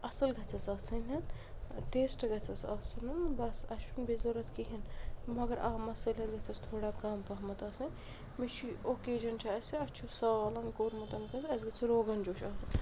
اصٕل گژھیٚس آسٕنۍ ٲں ٹیسٹہٕ گژھیٚس آسُن بَس اسہِ چھُنہٕ بیٚیہِ ضروٗرت کِہیٖنۍ مگر آ مصٲلیت گَژھیٚس تھوڑا کَم پَہمَتھ آسٕنۍ بیٚیہِ چھُ یہِ اوکیجَن چھُ اسہِ اسہِ چھُ سال کوٚرمُت کٲنٛسہِ اسہِ گژھہِ روغن جوش آسُن